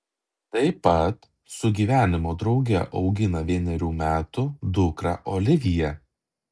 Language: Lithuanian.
tai pat su gyvenimo drauge augina vienerių metų dukrą oliviją